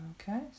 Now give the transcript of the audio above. Okay